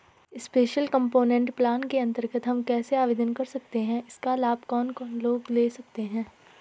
Special component plan के अन्तर्गत हम कैसे आवेदन कर सकते हैं इसका लाभ कौन कौन लोग ले सकते हैं?